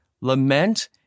lament